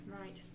Right